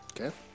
Okay